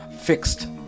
fixed